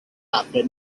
after